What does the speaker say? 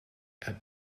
after